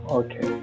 okay